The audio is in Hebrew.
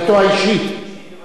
האישית, בוודאי, הוא שר המשפטים.